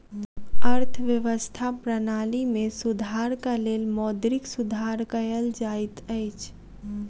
अर्थव्यवस्था प्रणाली में सुधारक लेल मौद्रिक सुधार कयल जाइत अछि